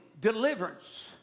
deliverance